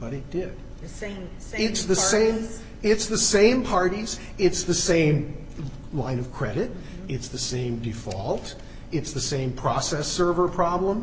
but he did think it's the same it's the same parties it's the same line of credit it's the same default it's the same process server problem